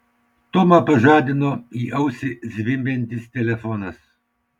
tomą pažadino į ausį zvimbiantis telefonas